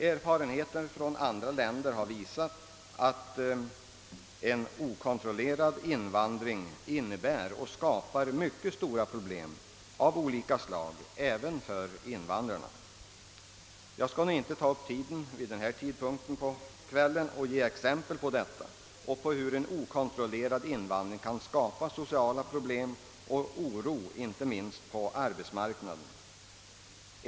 Erfarenheterna från andra länder har visat att en okontrollerad invandring skapar mycket stora problem av olika slag även för invandrarna. Jag skall inte vid denna tidpunkt på kvällen ta upp tiden med att ge exempel på detta och på hur en okontrollerad invandring kan skapa sociala problem och oro inte minst på arbetsmarknaden.